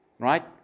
right